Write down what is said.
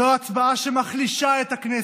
זו הצבעה שמחלישה את הכנסת.